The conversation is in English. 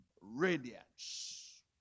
radiance